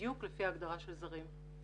בדיוק לפי ההגדרה של זרים.